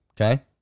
Okay